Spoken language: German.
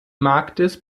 marktes